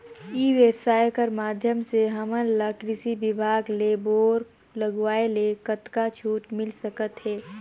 ई व्यवसाय कर माध्यम से हमन ला कृषि विभाग ले बोर लगवाए ले कतका छूट मिल सकत हे?